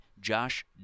Josh